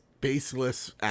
baseless